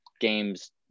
games